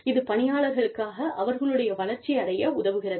இது பணியாளர்களாக அவர்களை வளர்ச்சி அடைய உதவுகிறது